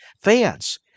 fans